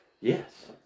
Yes